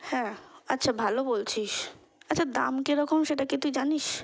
হ্যাঁ আচ্ছা ভালো বলছিস আচ্ছা দাম কী রকম সেটা কি তুই জানিস